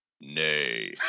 Nay